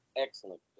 Excellent